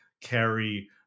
carry